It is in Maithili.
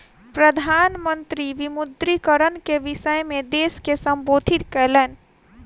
प्रधान मंत्री विमुद्रीकरण के विषय में देश के सम्बोधित कयलैन